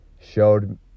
showed